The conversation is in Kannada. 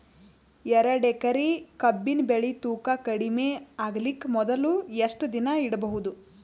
ಎರಡೇಕರಿ ಕಬ್ಬಿನ್ ಬೆಳಿ ತೂಕ ಕಡಿಮೆ ಆಗಲಿಕ ಮೊದಲು ಎಷ್ಟ ದಿನ ಇಡಬಹುದು?